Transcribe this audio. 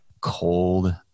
cold